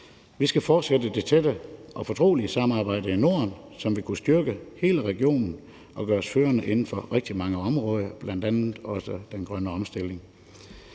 Vi skal fortsætte det tætte og fortrolige samarbejde i Norden, som vil kunne styrke hele regionen og gøre os førende inden for rigtig mange områder, bl.a. også den grønne omstilling.